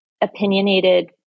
opinionated